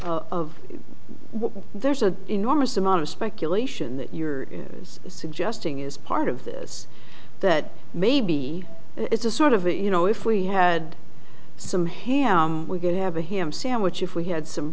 d of there's an enormous amount of speculation that you're suggesting is part of this that maybe it's a sort of you know if we had some ham we could have a ham sandwich if we had some